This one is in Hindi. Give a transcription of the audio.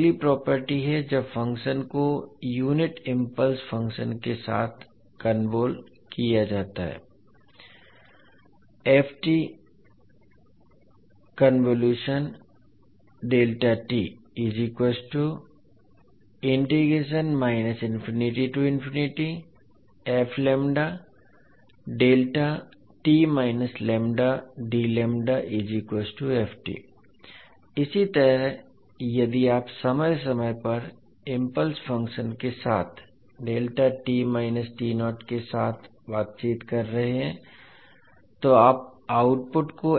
अब अगली प्रॉपर्टी है जब फ़ंक्शन को यूनिट इम्पल्स फ़ंक्शन के साथ कन्वोल जाता है इसी तरह यदि आप समय समय पर इम्पल्स फंक्शन के साथ के साथ बातचीत कर रहे हैं तो आप आउटपुट को